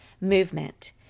movement